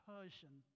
Persian